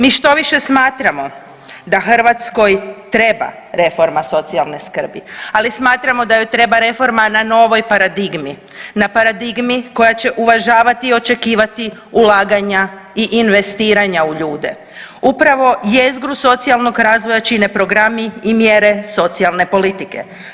Mi štoviše smatramo da Hrvatskoj treba reforma socijalne skrbi, ali smatramo da joj treba reforma na novoj paradigmi, na paradigmi koja će uvažavati i očekivati ulaganja i investiranja u ljude, upravo jezgru socijalnog razvoja čine programi i mjere socijalne politike.